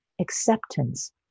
acceptance